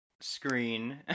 screen